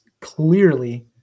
clearly